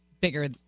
bigger